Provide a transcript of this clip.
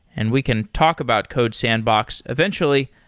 and we can talk about codesandbox eventually.